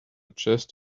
chest